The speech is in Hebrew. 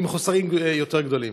עם חוסר יותר גדול.